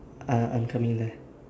ah I'm coming there